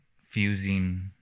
fusing